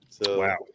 Wow